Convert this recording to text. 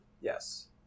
Yes